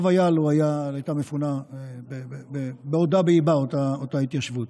טוב היה לו הייתה מפונה בעודה באיבה אותה התיישבות.